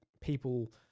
people